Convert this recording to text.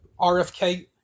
RFK